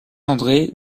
andré